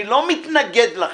אני לא מתנגד לכם.